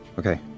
Okay